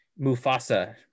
Mufasa